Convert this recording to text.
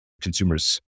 consumers